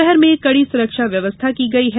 शहर में कड़ी सुरक्षा व्यवस्था की गयी है